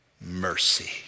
mercy